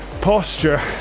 posture